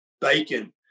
bacon